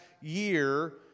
year